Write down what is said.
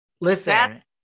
Listen